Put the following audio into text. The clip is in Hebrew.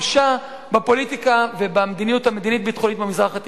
בושה בפוליטיקה ובמדיניות המדינית-ביטחונית במזרח התיכון,